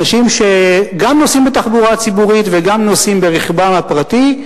אנשים שגם נוסעים בתחבורה ציבורית וגם נוסעים ברכבם הפרטי,